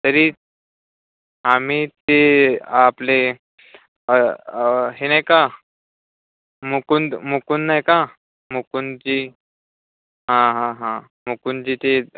तरी आम्ही ते आपले हे नाही का मुकुंद मुकुंद नाही का मुकुंदजी हां हां हां मुकुंदजी ते